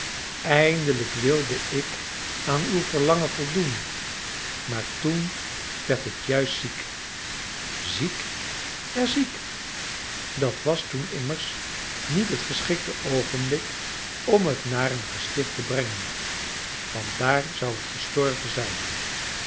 eindelijk wilde ik aan uw verlangen voldoen maar toen werd het juist ziek ziek ja ziek dat was toen immers niet het geschikte oogenblik om het naar een gesticht te brengen want daar zou het gestorven zijn